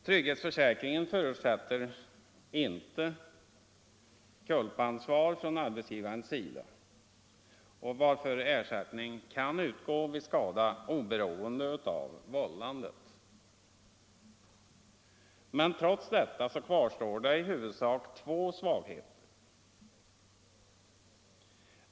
Trygghetsförsäkringen förutsätter inte culpaansvar från arbetsgivarens sida, varför ersättning kan utgå vid skada oberoende av vållandet. Men trots detta kvarstår i huvudsak två svagheter.